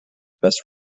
best